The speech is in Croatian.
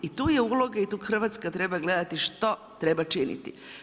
I tu je uloga i tu Hrvatska treba gledati što treba činiti.